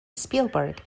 spielberg